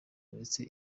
uretse